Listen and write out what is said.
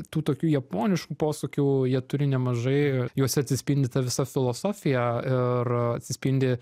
tų tokių japoniškų posūkių jie turi nemažai juose atsispindi ta visa filosofija ir atsispindi